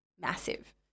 massive